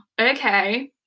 okay